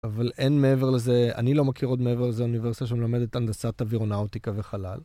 אבל אין מעבר לזה, אני לא מכיר עוד מעבר לזה אוניברסיטה שמלמדת אנדסת אבירונאוטיקה וחלל.